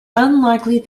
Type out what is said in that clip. unlikely